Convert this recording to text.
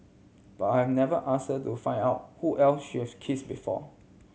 but I've never ask her to find out who else she's kiss before